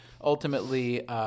ultimately